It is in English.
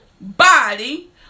body